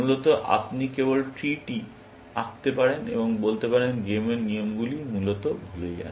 মূলত আপনি কেবল ট্রি টি আঁকতে পারেন এবং বলতে পারেন গেমের নিয়মগুলি মূলত ভুলে যান